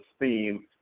theme